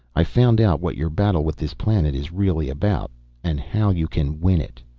i've found out what your battle with this planet is really about and how you can win it.